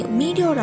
media